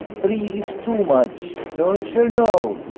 three is too much. don' cher know!